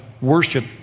worship